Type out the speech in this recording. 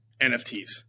NFTs